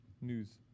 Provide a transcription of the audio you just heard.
News